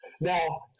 Now